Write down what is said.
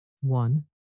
One